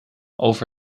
over